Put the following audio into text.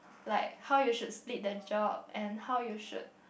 like how you should spilt the job and how you should